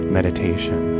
Meditation